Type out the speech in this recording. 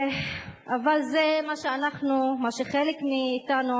אבל זה מה שאנחנו, מה שחלק מאתנו,